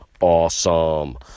Awesome